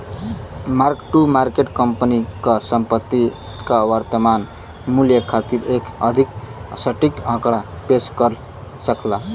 mark to market company क संपत्ति क वर्तमान मूल्य खातिर एक अधिक सटीक आंकड़ा पेश कर सकला